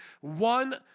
one